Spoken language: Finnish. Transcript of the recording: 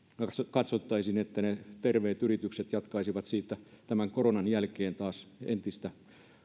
katsottaisiin että ne terveet yritykset jatkaisivat tämän koronan jälkeen taas entistä